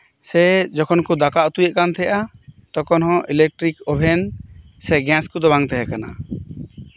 ᱥᱮ ᱡᱚᱠᱷᱚᱱ ᱠᱚ ᱫᱟᱠᱟ ᱩᱛᱮᱭᱮᱫ ᱠᱟᱱ ᱛᱟᱦᱮᱸᱫᱼᱟ ᱛᱚᱠᱷᱚᱱ ᱦᱚᱸ ᱤᱞᱮᱠᱴᱨᱤᱠ ᱳᱵᱷᱮᱱ ᱥᱮ ᱜᱮᱥ ᱠᱚᱫᱚ ᱵᱟᱝ ᱛᱟᱦᱮᱸ ᱠᱟᱱᱟ